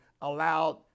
allowed